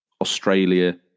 Australia